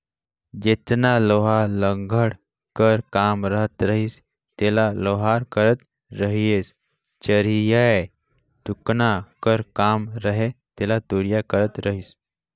जेतना लोहा लाघड़ कर काम रहत रहिस तेला लोहार करत रहिसए चरहियाए टुकना कर काम रहें तेला तुरिया करत रहिस